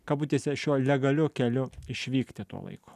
kabutėse šiuo legaliu keliu išvykti tuo laiku